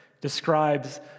describes